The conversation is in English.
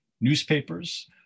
newspapers